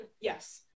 yes